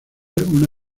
una